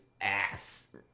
ass